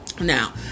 now